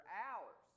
hours